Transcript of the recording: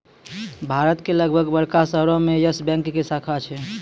भारत के लगभग बड़का शहरो मे यस बैंक के शाखा छै